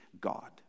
God